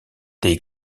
des